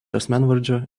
asmenvardžio